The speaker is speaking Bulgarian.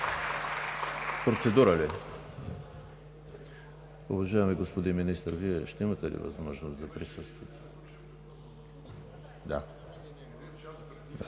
Процедура ли? Уважаеми господин Министър, Вие ще имате ли възможност да присъствате? Да.